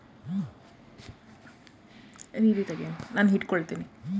ವಿಮೆ ಪರಿಹಾರ ಎಷ್ಟ ದುಡ್ಡ ಕೊಡ್ತಾರ?